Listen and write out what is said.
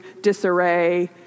disarray